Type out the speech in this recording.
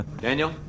Daniel